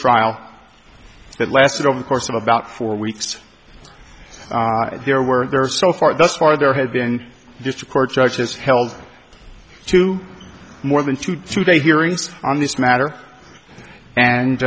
trial that lasted over the course of about four weeks there were there are so far this far there has been just a court judge just held to more than two today hearings on this matter and